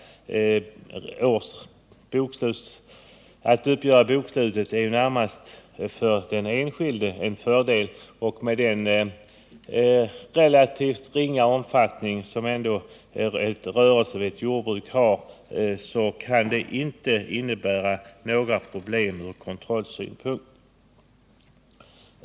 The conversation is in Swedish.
Att uppgöra bokslut är ju närmast för den enskilde en fördel, och med den relativt ringa omfattning en rörelse som jordbruk ändå har kan det inte innebära några problem från kontrollsynpunkt.